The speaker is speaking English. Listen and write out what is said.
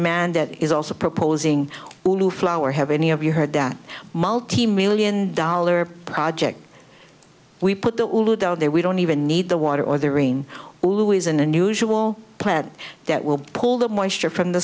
man that is also proposing blue flower have any of you heard that multimillion dollar project we put the lid on there we don't even need the water or the rain always an unusual plant that will pull the moisture from the